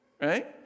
right